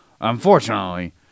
Unfortunately